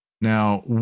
Now